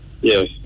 Yes